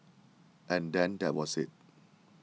and then that was it